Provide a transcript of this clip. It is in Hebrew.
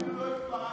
אדוני השר,